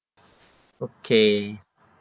okay